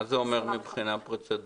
מה זה אומר מבחינה פרוצדורלית?